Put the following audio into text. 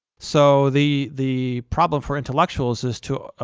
so the the problem for intellectuals is to